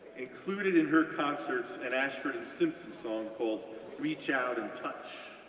included in her concerts an ashford and simpson song called reach out and touch